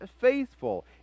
faithful